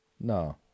No